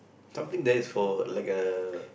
something there's for like a